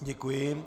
Děkuji.